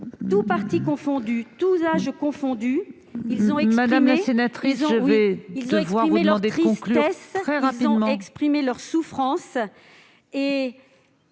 Tous partis confondus, tous âges confondus, ils ont exprimé leur tristesse, leur souffrance,